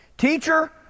Teacher